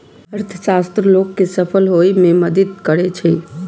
अर्थशास्त्र लोग कें सफल होइ मे मदति करै छै